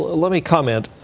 let me comment.